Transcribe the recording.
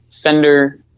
Fender